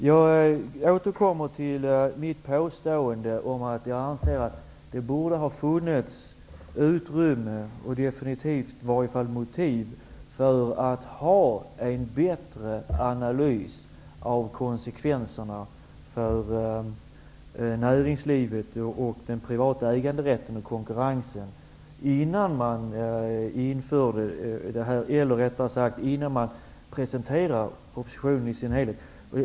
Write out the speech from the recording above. Jag återkommer till mitt påstående om att jag anser att det borde ha funnits utrymme och i varje fall definitivt motiv för att göra en bättre analys av konsekvenserna för näringslivet och den privata äganderätten och konkurrensen innan man presenterade propositionen i sin helhet.